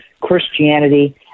Christianity